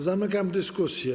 Zamykam dyskusję.